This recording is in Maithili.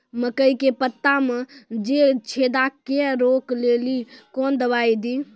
मकई के पता मे जे छेदा क्या रोक ले ली कौन दवाई दी?